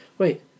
Wait